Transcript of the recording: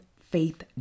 faith